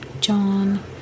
John